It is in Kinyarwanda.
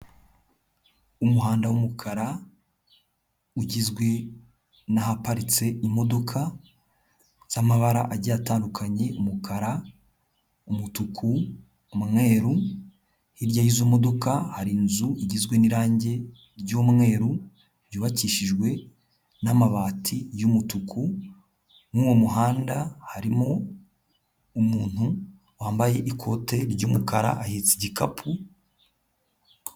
Umuhanda wumukara ugizwe n'ahaparitse imodoka z'amabara agiye atandukanye, umukara, umutuku, umweru, hirya y'izo modoka hari inzu igizwe n'irange ry'umweru ryubakishijwe n'amabati y'umutuku, muri uwo muhanda harimo umuntu wambaye ikote ry'umukara ahetse igikapu,,,